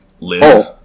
live